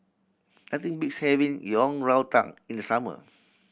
nothing beats having Yang Rou Tang in the summer